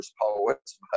poets